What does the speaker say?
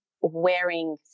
wearing